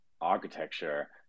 architecture